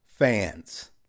Fans